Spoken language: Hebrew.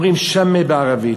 אומרים "סמה" בערבית,